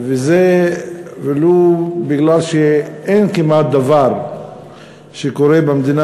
ולו מפני שאין כמעט דבר שקורה במדינה